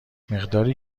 مقداری